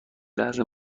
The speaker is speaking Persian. لحظه